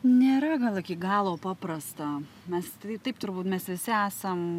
nėra iki galo paprasta mes taip turbūt mes visi esam